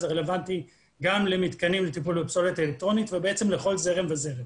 זה רלוונטי גם למתקנים לטיפול בפסולת אלקטרונית ולכל זרם וזרם.